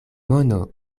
mono